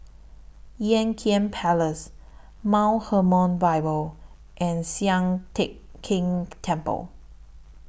Ean Kiam Place Mount Hermon Bible and Sian Teck Tng Temple